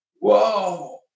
whoa